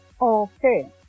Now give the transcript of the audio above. Okay